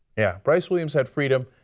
yeah bryce williams had freedom,